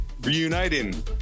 reuniting